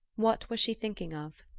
what was she thinking of?